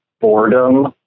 boredom